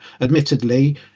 admittedly